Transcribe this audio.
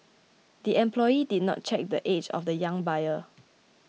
the employee did not check the age of the young buyer